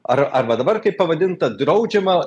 ar arba dabar kaip pavadinta draudžiama